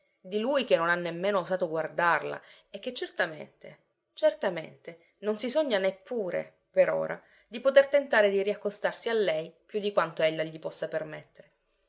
di lui che non ha nemmeno osato guardarla e che certamente certamente non si sogna neppure per ora di poter tentare di riaccostarsi a lei più di quanto ella gli possa permettere